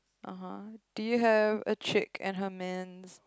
(uh huh) do you have a chick and her mans